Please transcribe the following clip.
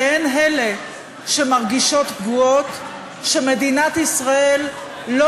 שהן אלה שמרגישות פגועות שמדינת ישראל לא